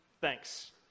thanks